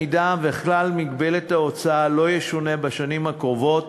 אם כלל מגבלת ההוצאה לא ישונה בשנים הקרובות